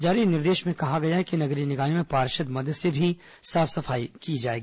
जारी निर्देश में कहा गया है कि नगरीय निकायों में पार्षद मद से भी साफ सफाई की जाएगी